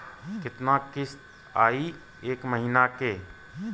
कितना किस्त आई एक महीना के?